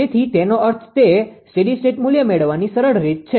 તેથી તેનો અર્થ તે સ્ટેડી સ્ટેટ મુલ્ય મેળવવાની સરળ રીત છે